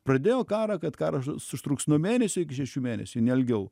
pradėjo karą kad karas užtruks nuo mėnesio iki šešių mėnesių ne ilgiau